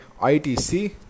itc